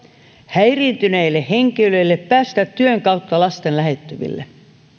häiriintyneille henkilöille päästä työn kautta lasten lähettyville